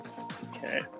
okay